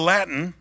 Latin